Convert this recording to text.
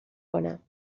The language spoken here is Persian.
کنم